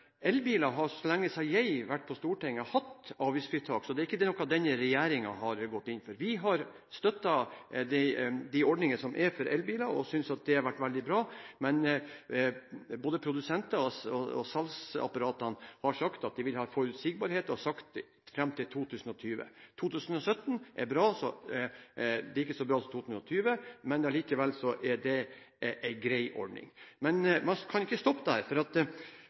elbiler. Elbiler har hatt avgiftsfritak så lenge jeg har vært på Stortinget, så det er ikke noe denne regjeringen har gått inn for. Vi har støttet de ordningene som er for elbiler, og synes de har vært veldig bra, men både produsenter og salgsapparater har sagt at de vil ha forutsigbarhet fram til 2020. 2017 er bra – ikke så bra som 2020, men allikevel er det en grei ordning. Men man kan ikke stoppe der, for problemet er jo alle de andre bilene. Det er sagt at